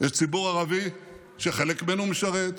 יש ציבור ערבי שחלק ממנו משרת,